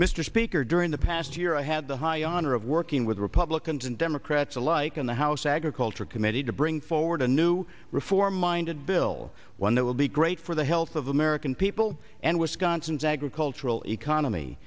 mr speaker during the past year i had the high honor of working with republicans and democrats alike in the house agriculture committee to bring forward a new reform minded bill one that will be great for the health of the american people and wisconsin's agricultural economy